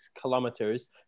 kilometers